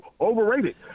overrated